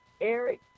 Eric